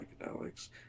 psychedelics